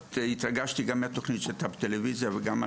התרגשתי גם מהתוכנית שהייתה בטלוויזיה וגם ממה